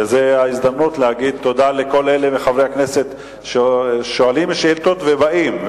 וזאת ההזדמנות להגיד תודה לכל אלה מחברי הכנסת ששואלים שאילתות ובאים,